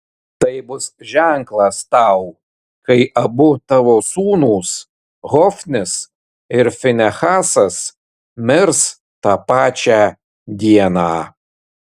tai bus ženklas tau kai abu tavo sūnūs hofnis ir finehasas mirs tą pačią dieną